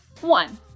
One